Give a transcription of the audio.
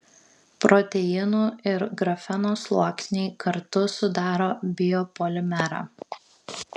proteinų ir grafeno sluoksniai kartu sudaro biopolimerą